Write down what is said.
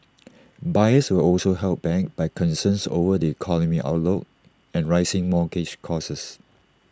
buyers were also held back by concerns over the economic outlook and rising mortgage costs